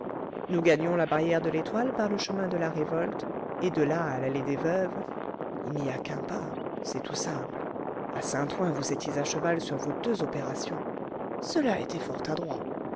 nous gagnions la barrière de l'étoile par le chemin de la révolte et de là à l'allée des veuves il n'y a qu'un pas c'est tout simple à saint-ouen vous étiez à cheval sur vos deux opérations cela était fort adroit